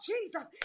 Jesus